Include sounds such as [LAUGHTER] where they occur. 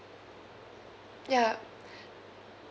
ya [BREATH]